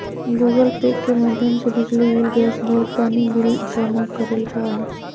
Google pay के माध्यम से बिजली बिल, गैस बिल, पानी बिल जमा करल जा हय